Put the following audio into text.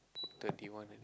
twenty one